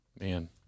Man